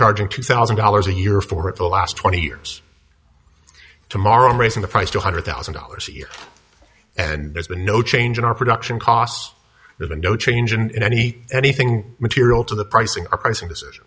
charging two thousand dollars a year for it the last twenty years tomorrow raising the price two hundred thousand dollars a year and there's been no change in our production costs there's been no change in any anything material to the pricing or pricing de